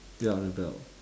ya rebelled